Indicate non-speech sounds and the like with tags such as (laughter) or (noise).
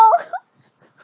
(laughs)